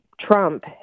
Trump